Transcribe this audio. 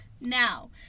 Now